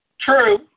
True